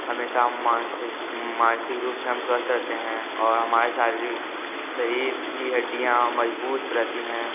हमेशा मानसिक रूप से हम स्वस्थ रहते हैं और हमारे साथ भी शरीर की हड्डियाँ मजबूत रहती हैं